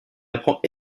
apprend